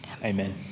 Amen